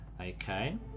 okay